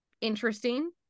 interesting